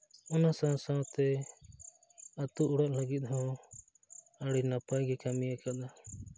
ᱚᱱᱟ ᱥᱟᱶ ᱥᱟᱶᱛᱮ ᱟᱹᱛᱩ ᱚᱲᱟᱜ ᱞᱟᱹᱜᱤᱫ ᱦᱚᱸ ᱟᱹᱰᱤ ᱱᱟᱯᱟᱭ ᱜᱮ ᱠᱟᱹᱢᱤᱭᱟᱠᱟᱫᱟ